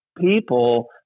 people